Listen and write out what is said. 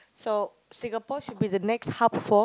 so Singapore should be the next hub for